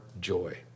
joy